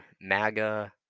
MAGA